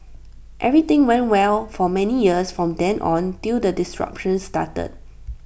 everything went well for many years from then on till the disruptions started